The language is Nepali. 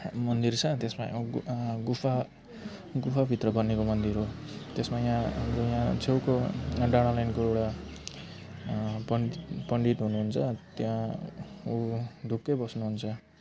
मन्दिर छ त्यसमा गुफा गुफा भित्र बनिएको मन्दिर हो त्यसमा यहाँ अब यहाँ छेउको यहाँ डाँडा लाइनको एउडा पन् पण्डित हुनु हुन्छ त्यहाँ ऊ ढुक्कै बस्नु हुन्छ